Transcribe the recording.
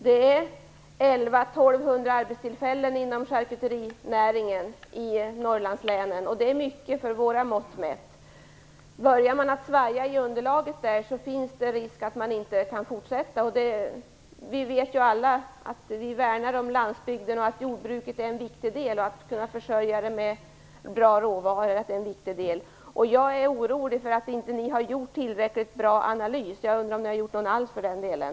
Det finns 1 100-1 200 Norrlandslänen. Det är mycket med våra mått mätt. Om man börjar att svaja i underlaget där finns det risk att man inte kan fortsätta. Vi vet ju alla att vi värnar om landsbygden och att jordbruket är en viktig del. Att kunna försörja det med bra råvaror är en viktig del. Jag är orolig för att ni inte har gjort en tillräckligt bra analys över hur det här slår. Jag undrar om ni har gjort någon alls för den delen.